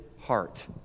heart